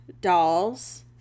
dolls